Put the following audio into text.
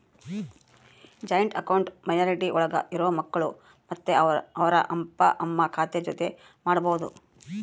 joint account minority ಒಳಗ ಇರೋ ಮಕ್ಕಳು ಮತ್ತೆ ಅವ್ರ ಅಪ್ಪ ಅಮ್ಮ ಖಾತೆ ಜೊತೆ ಮಾಡ್ಬೋದು